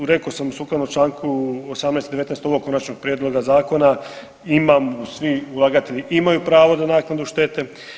Rekao sam sukladno čl. 18. i 19. ovog konačnog prijedloga zakona svi ulagatelji imaju pravo na naknadu štete.